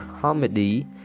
comedy